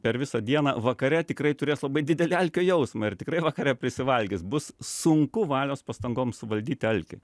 per visą dieną vakare tikrai turės labai didelį alkio jausmą ir tikrai vakare prisivalgys bus sunku valios pastangom suvaldyti alkį